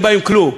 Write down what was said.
אין בהם כלום.